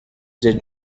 did